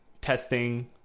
testing